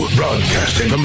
broadcasting